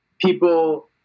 people